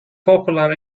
popular